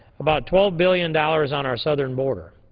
about twelve billion dollars on our southern border.